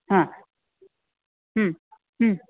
हां